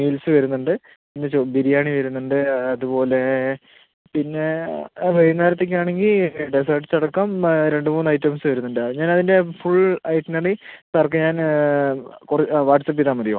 meals വരുന്നുണ്ട് പിന്നെ ബിരിയാണി വരുന്നുണ്ട് അതുപോലെ പിന്നെ വൈകുന്നേരത്തേക്ക് ആണെങ്കിൽ ഡെസേർട്ട്സ് അടക്കം രണ്ട് മൂന്ന് ഐറ്റംസ് വരുന്നുണ്ട് അത് ഞാൻ അതിൻ്റെ ഫുൾ ഐറ്റ്നറി സാർക്ക് ഞാൻ കൊ വാട്ട്സാപ്പ് ചെയ്താൽ മതിയോ